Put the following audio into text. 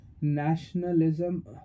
nationalism